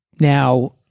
Now